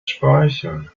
speichern